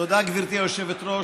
תודה, גברתי היושבת-ראש.